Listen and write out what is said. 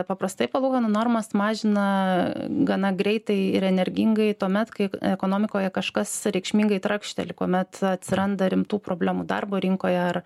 paprastai palūkanų normas mažina gana greitai ir energingai tuomet kai ekonomikoje kažkas reikšmingai trakšteli kuomet atsiranda rimtų problemų darbo rinkoje ar